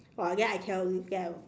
!wah! then I cannot really tell